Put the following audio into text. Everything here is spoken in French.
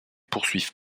poursuivent